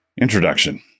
Introduction